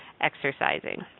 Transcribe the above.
exercising